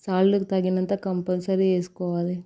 సాల్ట్కు తగినంత కంపల్సరీ వేసుకోవాలి